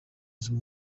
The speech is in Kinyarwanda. izwi